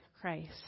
Christ